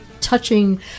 touching